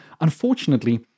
unfortunately